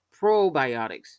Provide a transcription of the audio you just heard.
probiotics